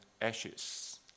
ashes